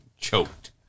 choked